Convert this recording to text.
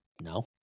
No